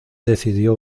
decidió